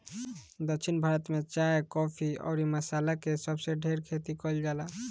दक्षिण भारत में चाय, काफी अउरी मसाला के सबसे ढेर खेती कईल जाला